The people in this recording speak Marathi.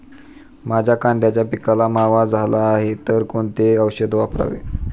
माझ्या कांद्याच्या पिकाला मावा झाला आहे तर कोणते औषध वापरावे?